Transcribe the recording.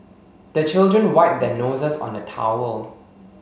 the children wipe their noses on the towel